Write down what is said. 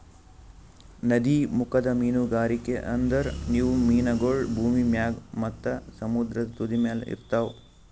ನದೀಮುಖದ ಮೀನುಗಾರಿಕೆ ಅಂದುರ್ ಇವು ಮೀನಗೊಳ್ ಭೂಮಿ ಮ್ಯಾಗ್ ಮತ್ತ ಸಮುದ್ರದ ತುದಿಮ್ಯಲ್ ಇರ್ತಾವ್